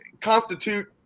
constitute